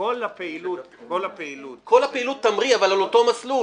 כל הפעילות תמריא אבל על אותו מסלול.